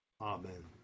Amen